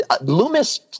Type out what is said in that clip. Loomis